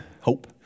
Hope